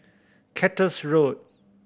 Cactus Road